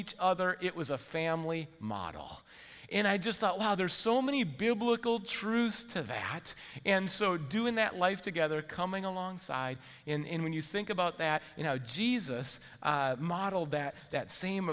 each other it was a family model and i just thought wow there's so many beautiful truths to that in so doing that life together coming along side in when you think about that you know jesus modeled that that same